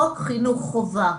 חוק חינוך חובה.